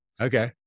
Okay